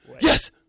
Yes